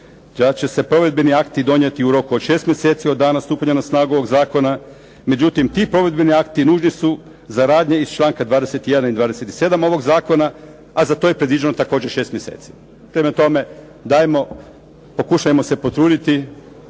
će se provedbeni akti donijeti u roku od 6 mjeseci od dana stupanja na snagu ovog zakona. Međutim ti provedbeni akti nužni su za radnje iz članka 21. i 27. ovog zakona, a za to je predviđeno također 6 mjeseci. Prema tome, dajmo pokušajmo se potruditi